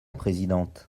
présidente